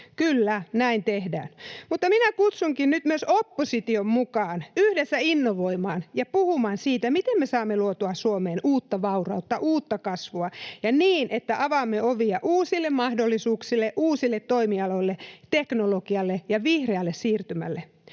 Kyllä, näin tehdään. Minä kutsunkin nyt myös opposition mukaan yhdessä innovoimaan ja puhumaan siitä, miten me saamme luotua Suomeen uutta vaurautta, uutta kasvua niin, että avaamme ovia uusille mahdollisuuksille, uusille toimialoille, teknologialle ja vihreälle siirtymälle.